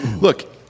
Look